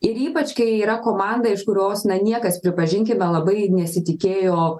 ir ypač kai yra komanda iš kurios na niekas pripažinkime labai nesitikėjo